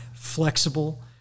flexible